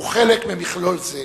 הוא חלק ממכלול זה.